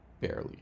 barely